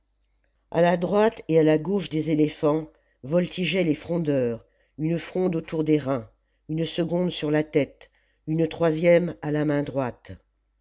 a la droite et à la gauche des éléphants voltigeaient les frondeurs une fronde autour des reins une seconde sur la tête une troisième à la main droite